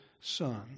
son